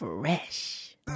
Fresh